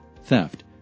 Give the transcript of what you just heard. Theft